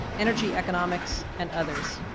energy economics, and others.